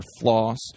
floss